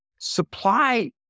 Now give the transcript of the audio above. Supply